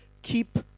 Keep